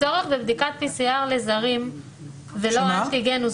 הצורך בבדיקת PCR לזרים היא לא אנטיגן.